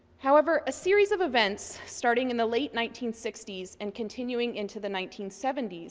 however, a series of events, starting in the late nineteen sixty s and continuing into the nineteen seventy s,